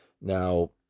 Now